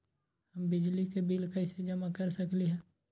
हम बिजली के बिल कईसे जमा कर सकली ह?